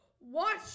watch